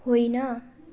होइन